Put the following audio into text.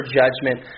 judgment